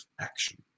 action